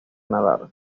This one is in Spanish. nadar